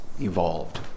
evolved